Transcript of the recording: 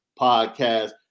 podcast